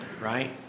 Right